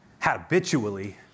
habitually